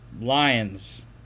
Lions